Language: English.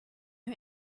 who